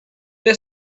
they